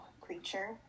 creature